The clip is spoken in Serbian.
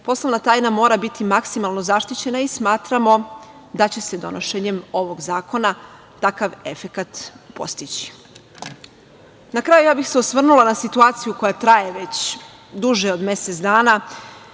Poslovna tajna mora biti maksimalno zaštićena i smatramo da će se donošenjem ovog zakona takav efekat postići. Na kraju, ja bih se osvrnula na situaciju koja traje već duže od mesec dana.